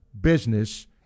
business